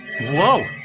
Whoa